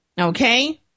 Okay